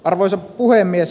arvoisa puhemies